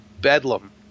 Bedlam